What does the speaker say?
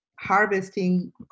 harvesting